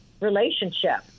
relationship